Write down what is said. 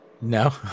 no